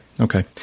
okay